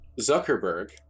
Zuckerberg